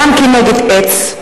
הזעם כנגד עץ,